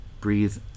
Breathe